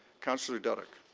councillor duddeck.